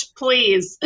please